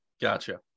gotcha